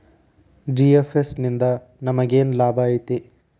GFS ನಿಂದಾ ನಮೆಗೆನ್ ಲಾಭ ಐತಿ?